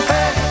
Hey